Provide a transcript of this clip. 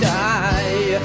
die